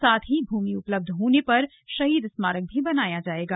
साथ ही भूमि उपलब्ध होने पर शहीद स्मारक भी बनाया जाएगा